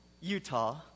Utah